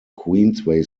queensway